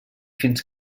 fins